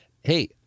Hey